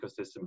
ecosystem